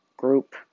group